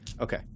Okay